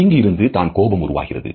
இங்கு இருந்து தான் கோபம் உருவாகிறது